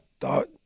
thought